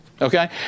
Okay